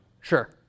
Sure